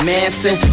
Manson